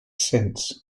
since